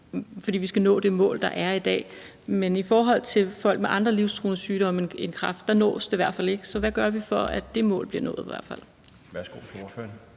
fordi vi skal nå det mål, der er i dag, men i forhold til folk med andre livstruende sygdomme end kræft nås det i hvert fald ikke. Så hvad gør vi, for ati hvert falddet mål bliver nået?